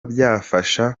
byafasha